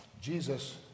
Jesus